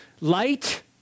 Light